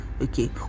Okay